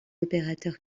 opérateurs